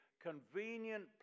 convenient